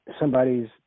somebody's